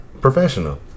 professional